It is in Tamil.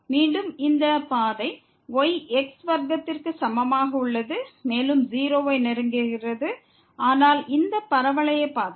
மீண்டும் இந்த பாதை y x வர்க்கத்திற்கு சமமாக உள்ளது மேலும் 0 வை நெருங்குகிறது ஆனால் இந்த பரவளைய பாதையில்